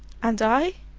and i?